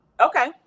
Okay